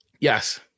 Yes